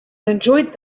enjoyed